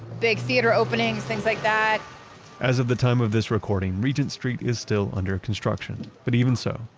big theater openings, things like that as of the time of this recording regent street is still under construction, but even so,